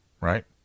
right